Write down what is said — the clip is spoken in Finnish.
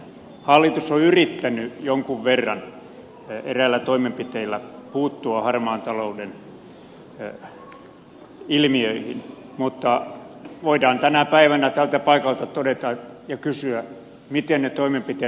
hallitus on yrittänyt jonkun verran eräillä toimenpiteillä puuttua harmaan talouden ilmiöihin mutta voidaan tänä päivänä tältä paikalta todeta ja kysyä miten ne toimenpiteet ovat vaikuttaneet